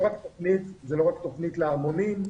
זו לא רק תוכנית להמונים,